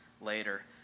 later